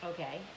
Okay